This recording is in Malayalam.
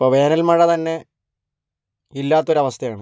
ഇപ്പോൾ വേനൽ മഴ തന്നെ ഇല്ലാത്തൊരവസ്ഥയാണ്